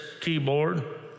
keyboard